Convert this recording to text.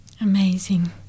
Amazing